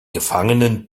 gefangenen